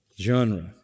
genre